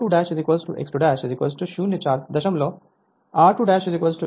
शुरू में शायद जब मैं इसे पहली बार करूंगा तो शायद मुझे इस पर ज्यादा ध्यान लगाने की आवश्यकता है